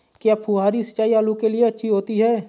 क्या फुहारी सिंचाई आलू के लिए अच्छी होती है?